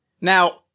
Now